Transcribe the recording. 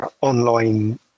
online